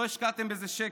לא השקעתם בזה שקל.